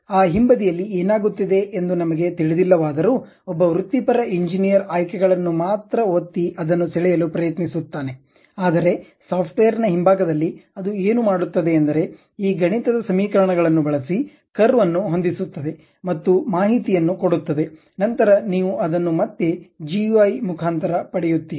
ಆ ಹಿಂಬದಿಯಲ್ಲಿ ಏನಾಗುತ್ತಿದೆ ಎಂದು ನಮಗೆ ತಿಳಿದಿಲ್ಲವಾದರೂ ಒಬ್ಬ ವೃತ್ತಿಪರ ಎಂಜಿನಿಯರ್ ಆಯ್ಕೆಗಳನ್ನು ಮಾತ್ರ ಒತ್ತಿ ಅದನ್ನು ಸೆಳೆಯಲು ಪ್ರಯತ್ನಿಸುತ್ತಾನೆ ಆದರೆ ಸಾಫ್ಟ್ವೇರ್ನ ಹಿಂಭಾಗದಲ್ಲಿ ಅದು ಏನು ಮಾಡುತ್ತದೆ ಎಂದರೆ ಈ ಗಣಿತದ ಸಮೀಕರಣಗಳನ್ನು ಬಳಸಿ ಕರ್ವ್ ಅನ್ನು ಹೊಂದಿಸುತ್ತದೆ ಮತ್ತು ಮಾಹಿತಿಯನ್ನು ಕೊಡುತ್ತದೆ ನಂತರ ನೀವು ಅದನ್ನು ಮತ್ತೆ GUI ಮುಖಾಂತರ ಪಡೆಯುತ್ತೀರಿ